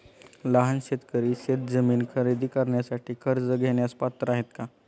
लहान शेतकरी शेतजमीन खरेदी करण्यासाठी कर्ज घेण्यास पात्र आहेत का?